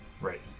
right